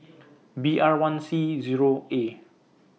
B R one C Zero A